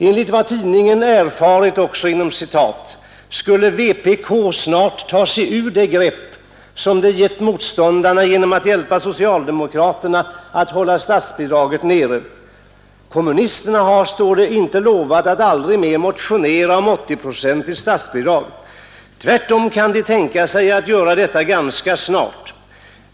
Enligt vad tidningen ”erfarit” skulle vpk snart ta sig ur det grepp de givit motståndarna genom att hjälpa socialdemokraterna att hålla statsbidraget nere. Kommunisterna har inte lovat att aldrig mer motionera om 80-procentigt statsbidrag. Tvärtom kan de tänka sig att göra detta ganska snart.